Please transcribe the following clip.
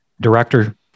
director